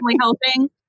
helping